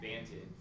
advantage